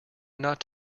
not